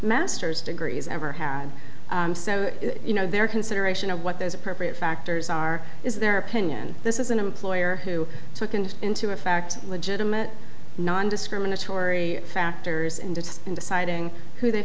master's degrees ever had so you know their consideration of what those appropriate factors are is their opinion this is an employer who took and into a fact legitimate nondiscriminatory factors into in deciding who they